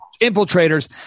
infiltrators